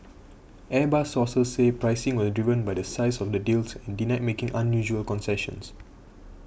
Airbus sources said pricing was driven by the size of the deals and denied making unusual concessions